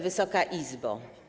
Wysoka Izbo!